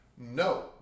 No